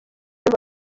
ngo